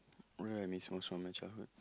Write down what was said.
what do I miss most from my childhood